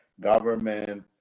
government